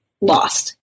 lost